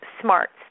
smarts